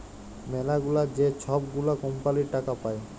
ম্যালাগুলা যে ছব গুলা কম্পালির টাকা পায়